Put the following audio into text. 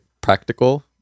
practical